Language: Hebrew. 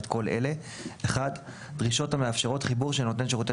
את כל אלה: דרישות המאפשרות חיבור של נותן שירותי